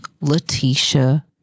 Letitia